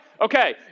Okay